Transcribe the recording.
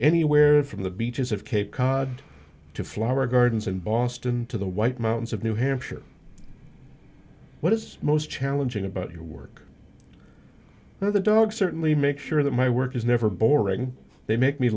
anywhere from the beaches of cape cod to flower gardens in boston to the white mountains of new hampshire what is most challenging about your work now the dogs certainly make sure that my work is never boring they make me